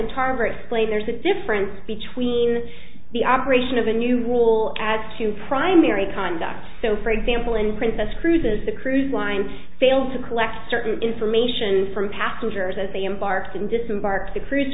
tarver explained there's a difference between the operation of a new rule as to primary conduct so for example in princess cruises the cruise lines failed to collect certain information from passengers as they embarked and disembark the cruise